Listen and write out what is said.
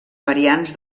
variants